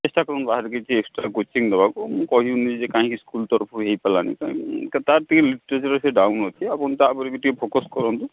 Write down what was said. ଚେଷ୍ଟା କରନ୍ତୁ ବାହାରେ କିଛି ଏକ୍ସଟ୍ରା କୋଚିଂ ଦବାକୁ ମୁଁ କହିବିନି ଯେ କାହିଁକି ସ୍କୁଲ୍ ତରଫରୁ ହେଇପାରିଲାନି କାହିଁକି ତା'ର ଟିକେ ଲିଟ୍ରେଚର୍ରେ ସେ ଡାଉନ୍ ଅଛି ଆପଣ ତା ଉପରେ ବି ଟିକେ ଫୋକସ୍ କରନ୍ତୁ